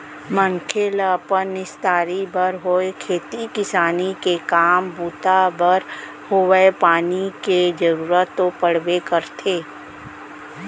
मनखे ल अपन निस्तारी बर होय खेती किसानी के काम बूता बर होवय पानी के जरुरत तो पड़बे करथे